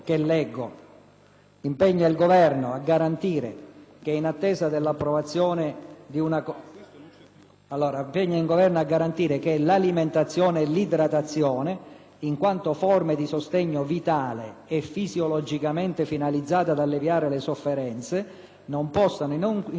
legislativa in materia di fine vita, l'alimentazione e l'idratazione, in quanto forme di sostegno vitale e fisiologicamente finalizzate ad alleviare le sofferenze, non possano in alcun caso essere negate da chi assiste soggetti non in grado di provvedere a se stessi.